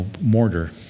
mortar